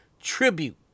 tribute